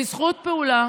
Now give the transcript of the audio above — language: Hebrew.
בזכות פעולה